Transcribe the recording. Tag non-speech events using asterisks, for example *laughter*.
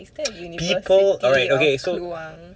*noise* people alright okay so